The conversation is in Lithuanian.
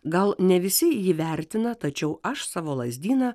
gal ne visi jį vertina tačiau aš savo lazdyną